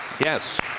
Yes